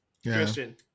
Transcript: Christian